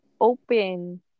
open